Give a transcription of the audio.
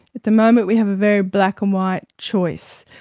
at the moment we have a very black-and-white choice.